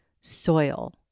soil